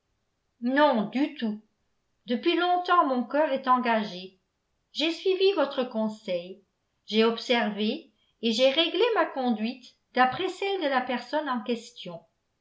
non du tout depuis longtemps mon cœur est engagé j'ai suivi votre conseil j'ai observé et j'ai réglé ma conduite d'après celle de la personne en question